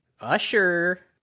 Usher